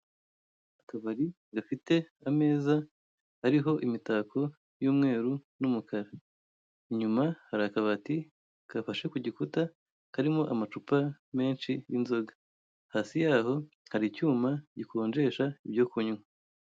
Akabari gafite ameza ariho imitako y'umweru n'umukara, inyuma hari akabati gafashe ku gikuta karimo amacupa menshi y'inzoga, hasi yaho hari icyuma gikonjesha ibyo kunywa.